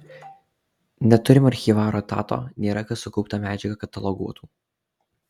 neturim archyvaro etato nėra kas sukauptą medžiagą kataloguotų